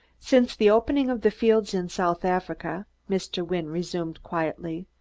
since the opening of the fields in south africa, mr. wynne resumed quietly,